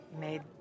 made